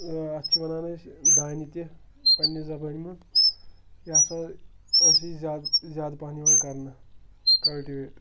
اَتھ چھِ وَنان أسۍ دانہِ تہِ پنٛنہِ زَبٲنۍ منٛز یہِ ہَسا ٲس یہِ زیادٕ زیادٕ پَہَن یِوان کَرنہٕ کَلٹِویٹ